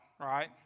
right